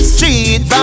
Street